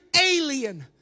alien